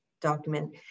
document